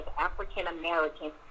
african-americans